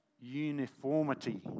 uniformity